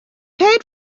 paid